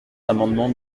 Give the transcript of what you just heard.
l’amendement